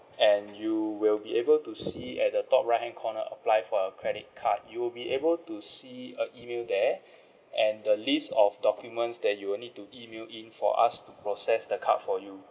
and you will be able to see at the top right hand corner apply for a credit card you will be able to see a email there and a list of documents that you will need to email in for us to process the card for you